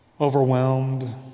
Overwhelmed